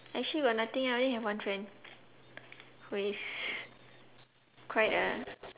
actually got nothing ah I only have one friend who is quite a